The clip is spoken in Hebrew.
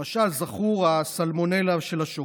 למשל, זכורה הסלמונלה של השוקולד.